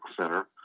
Center